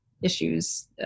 Issues